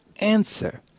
answer